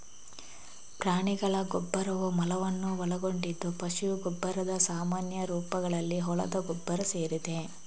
ಪ್ರಾಣಿಗಳ ಗೊಬ್ಬರವು ಮಲವನ್ನು ಒಳಗೊಂಡಿದ್ದು ಪಶು ಗೊಬ್ಬರದ ಸಾಮಾನ್ಯ ರೂಪಗಳಲ್ಲಿ ಹೊಲದ ಗೊಬ್ಬರ ಸೇರಿದೆ